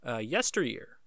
yesteryear